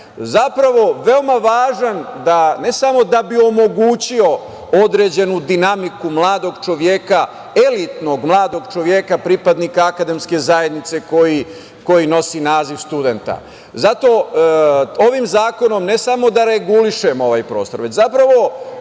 zapravo, veoma važan, ne samo da bi omogućio određenu dinamiku mladog čoveka, elitnog mladog čoveka, pripadnika akademske zajednice, koji nosi naziv studenta. Zato, ovim zakonom ne samo da regulišemo ovaj prostor, već zapravo